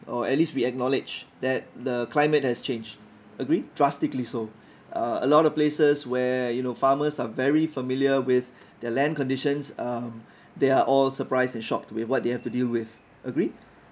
or at least we acknowledge that the climate has changed agree drastically so a lot of places where you know farmers are very familiar with their land conditions um they are all surprised and shocked with what they have to deal with agree